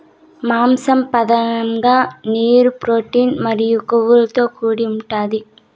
మాంసం పధానంగా నీరు, ప్రోటీన్ మరియు కొవ్వుతో కూడి ఉంటాది